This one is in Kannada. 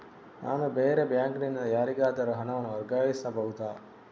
ನಾನು ಬೇರೆ ಬ್ಯಾಂಕ್ ನಿಂದ ಯಾರಿಗಾದರೂ ಹಣವನ್ನು ವರ್ಗಾಯಿಸಬಹುದ?